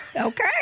Okay